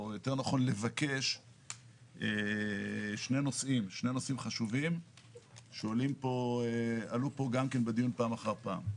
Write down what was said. או יותר נכון לבקש שני נושאים חשובים שעלו פה בדיון פעם אחר פעם.